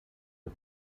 the